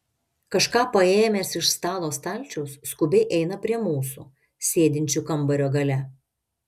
kažką paėmęs iš stalo stalčiaus skubiai eina prie mūsų sėdinčių kambario gale